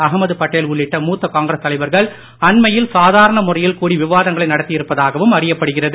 அகமது படேல் உள்ளிட்ட மூத்த காங்கிரஸ் தலைவர்கள் அண்மையில் சாதாரண முறையில் கூடி விவாதங்களை நடத்தியிருப்பதாகவும் அறியப்படுகிறது